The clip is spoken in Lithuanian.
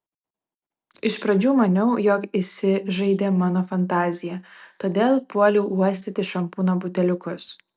iš pradžių maniau jog įsižaidė mano fantazija todėl puoliau uostyti šampūno buteliukus